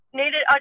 needed